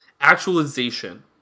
actualization